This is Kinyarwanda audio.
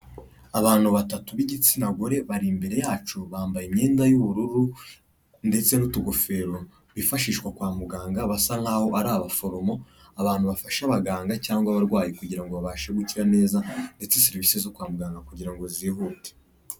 Abantu batatu b'igitsina gore bari imbere yacu bambaye imyenda y'ubururu ndetse n'utugofero bifashishwa kwa muganga basa nkaho ari abaforomo, abantu bafasha abaganga cyangwa abarwayi kugira ngo babashe gukira neza ndetse serivise zo kwa muganga kugira ngo zihute.